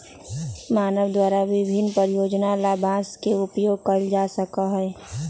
मानव द्वारा विभिन्न प्रयोजनों ला बांस के उपयोग कइल जा हई